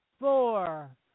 Four